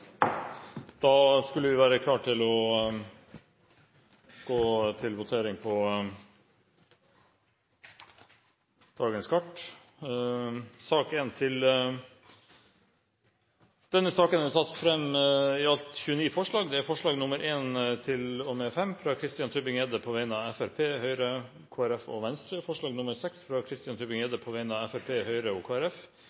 Da er Stortinget klar til å gå til votering over sakene på dagens kart. Under debatten er det satt fram i alt 29 forslag. Det er forslagene nr. 1–5, fra Christian Tybring-Gjedde på vegne av Fremskrittspartiet, Høyre, Kristelig Folkeparti og Venstre forslag nr. 6, fra